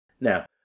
Now